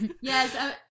Yes